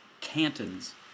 cantons